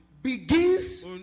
begins